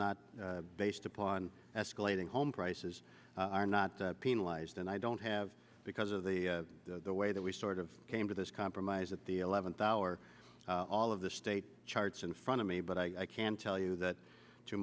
not based upon lighting home prices are not penalized and i don't have because of the the way that we sort of came to this compromise at the eleventh hour all of the state charts in front of me but i can tell you that to